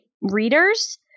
readers